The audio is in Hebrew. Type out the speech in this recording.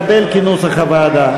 התקבל כנוסח הוועדה.